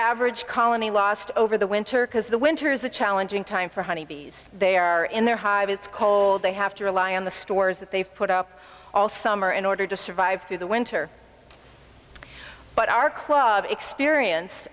average colony lost over the winter because the winter is a challenging time for honeybees they are in their hives it's cold they have to rely on the stores that they've put up all summer in order to survive through the winter but are clogged experience